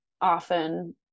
often